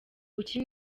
kuki